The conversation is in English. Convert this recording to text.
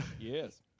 Yes